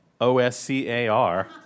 O-S-C-A-R